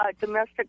domestic